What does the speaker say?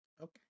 okay